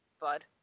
bud